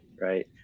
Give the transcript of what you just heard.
Right